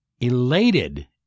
elated